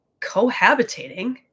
cohabitating